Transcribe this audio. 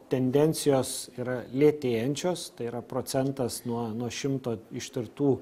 tendencijos yra lėtėjančios tai yra procentas nuo nuo šimto ištirtų